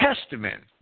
testament